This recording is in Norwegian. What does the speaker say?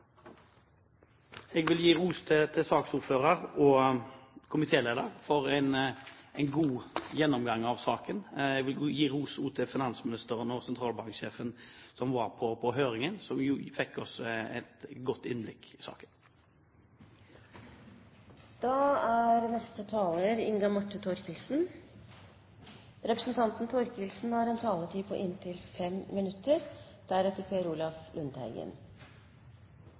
Jeg vil gi ros til saksordføreren og komitélederen for en god gjennomgang av saken. Jeg vil også gi ros til finansministeren og sentralbanksjefen, som var på høringen. De ga oss et godt innblikk i saken. Vi er inne i en svært alvorlig situasjon. Finanskrisa har ført til det sterkeste økonomiske tilbakeslaget i internasjonal økonomi siden den andre verdenskrig, og dette er på